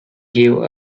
gives